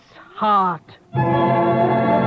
heart